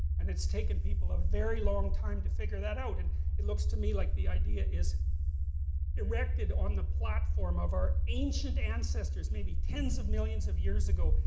and it's taken people a very long time to figure that out. and it looks to me like the idea is erected on the platform of our ancient ancestors, maybe tens of millions of years ago.